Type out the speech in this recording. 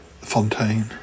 Fontaine